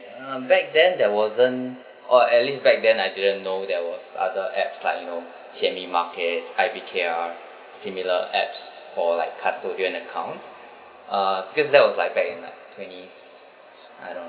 um back then there wasn't or at least back then I didn't know there were other apps like you know SHAREit market I_B_K_R similar apps or like custodian account uh since that I was like back in uh twenty I don't